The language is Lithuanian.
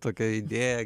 tokią idėją